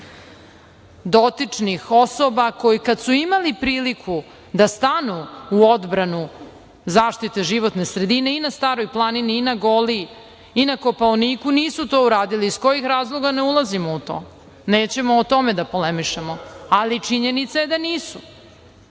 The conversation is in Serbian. dotičnih osoba koje kada su imale priliku da stanu u odbranu zaštite životne sredine i na Staroj planini i na Goliji i na Kopaoniku nisu to uradili - iz kojih razloga ne ulazimo u to. Nećemo o tome da polemišemo, ali činjenica je da